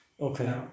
Okay